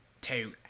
two